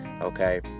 Okay